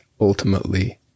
ultimately